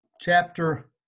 chapter